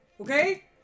okay